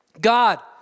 God